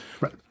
right